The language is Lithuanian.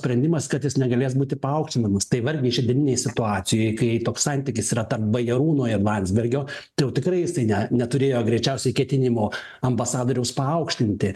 sprendimas kad jis negalės būti paaukštinamas tai vargiai šiandieninei situacijoj kai toks santykis yra tarp bajarūno ir landsbergio tai jau tikrai jisai ne neturėjo greičiausiai ketinimo ambasadoriaus paaukštinti